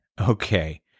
okay